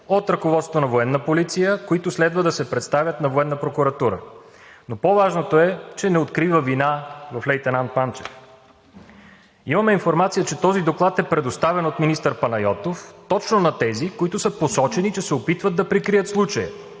от ръководството на „Военна полиция“, които следва да се предоставят на Военна прокуратура, но по-важното е, че не открива вина в лейтенант Манчев. Имаме информация, че този доклад е предоставен от министър Панайотов точно на тези, които са посочени, че се опитват да прикрият случая,